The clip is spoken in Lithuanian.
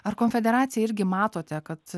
ar konfederacija irgi matote kad